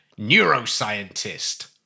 neuroscientist